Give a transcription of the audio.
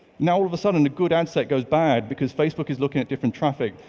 now all of a sudden. a good ad set goes bad because facebook is looking at different traffic.